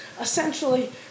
essentially